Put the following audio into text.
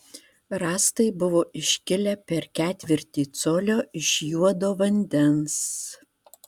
rąstai buvo iškilę per ketvirtį colio iš juodo vandens